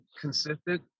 consistent